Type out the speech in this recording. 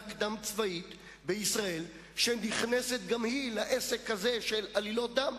קדם-צבאית בישראל שנכנסת לעסק הזה של עלילות דם.